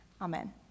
Amen